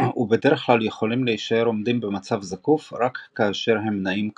ובדרך כלל יכולים להישאר עומדים במצב זקוף רק כאשר הם נעים קדימה.